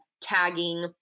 tagging